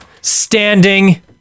Standing